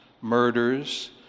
murders